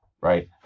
right